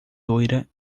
loira